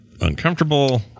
uncomfortable